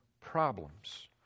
problems